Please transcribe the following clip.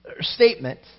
Statement